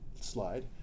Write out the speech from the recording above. slide